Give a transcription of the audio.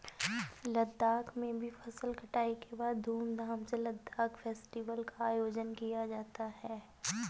लद्दाख में भी फसल कटाई के बाद धूमधाम से लद्दाख फेस्टिवल का आयोजन किया जाता है